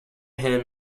him